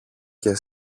και